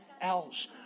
else